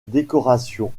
décorations